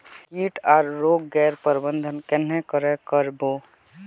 किट आर रोग गैर प्रबंधन कन्हे करे कर बो?